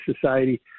society